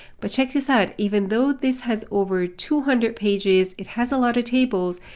but check this out. even though this has over two hundred pages, it has a lot of tables,